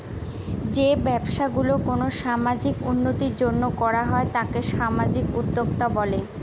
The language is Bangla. যে ব্যবসা গুলো কোনো সামাজিক উন্নতির জন্য করা হয় তাকে সামাজিক উদ্যক্তা বলে